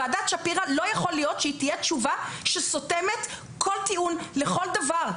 לא יכול להיות שוועדת שפירא תהיה תשובה שסותמת כל טיעון לכל דבר,